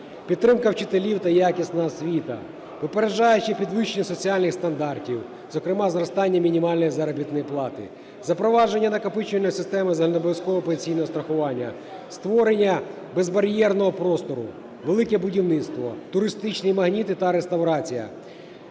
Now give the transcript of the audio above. підтримка вчителів та якісна освіта; попереджаюче підвищення соціальних стандартів, зокрема зростання мінімальної заробітної плати, запровадження накопичувальної системи загальнообов'язкового пенсійного страхування, створення безбар'єрного простору, "Велике будівництво", "туристичні магніти" та реставрація,